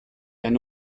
eine